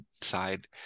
side